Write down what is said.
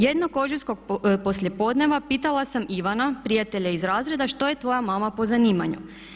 Jednog ožujskog poslijepodneva pitala sam Ivana, prijatelja iz razreda, što je tvoja mama po zanimanju.